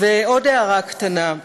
ועוד הערה קטנה: